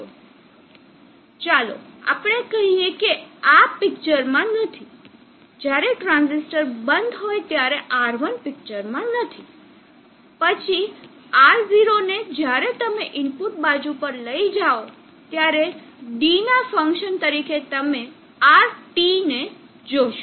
હવે ચાલો આપણે કહીએ કે આ પિક્ચર માં નથી જ્યારે ટ્રાંઝિસ્ટર બંધ હોય ત્યારે R1 પિક્ચર માં નથી પછી R0 ને જ્યારે તમે ઇનપુટ બાજુ પર લઈ જાઓ ત્યારે d ના ફંક્શન તરીકે તમે RT ને જોશો